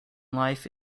life